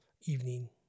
evening